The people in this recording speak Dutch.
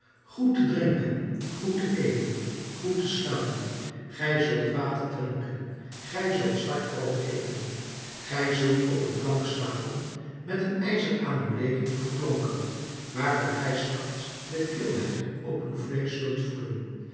goed te drinken goed te eten goed te slapen gij zult water drinken gij zult zwart brood eten gij zult op een plank slapen met een ijzer aan uw leden geklonken waarvan gij s nachts de kilheid op uw vleesch zult voelen